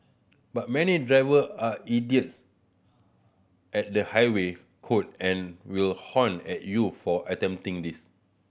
but many driver are idiots at the highway code and will honk at you for attempting this